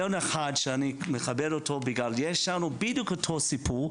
משהו פה לא רגיל, הרסתי לו את החיים?